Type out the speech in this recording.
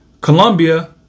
Colombia